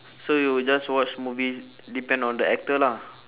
so you will just watch movies depend on the actor lah